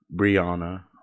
Brianna